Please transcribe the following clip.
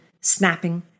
snapping